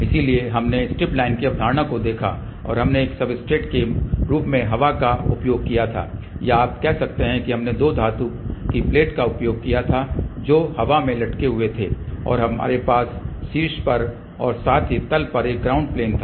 इसलिए हमने स्ट्रिपलाइन की अवधारणा को देखा और हमने एक सब्सट्रेट के रूप में हवा का उपयोग किया था या आप कह सकते हैं कि हमने दो धातु की प्लेट का उपयोग किया था जो हवा में लटके हुऐ थे और हमारे पास शीर्ष पर और साथ ही तल पर एक ग्राउंड प्लेन था